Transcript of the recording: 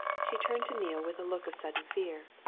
she turned to neale with a look of sudden fear.